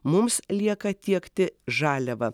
mums lieka tiekti žaliavą